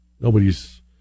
Nobody's